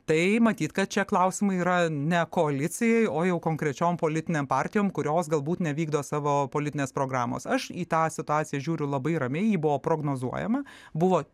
tai matyt kad šie klausimai yra ne koalicijai o jau konkrečiom politinėm partijom kurios galbūt nevykdo savo politinės programos aš į tą situaciją žiūriu labai ramiai ji buvo prognozuojama buvo